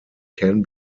can